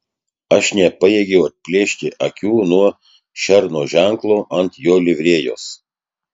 aš nepajėgiu atplėšti akių nuo šerno ženklo ant jo livrėjos